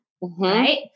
right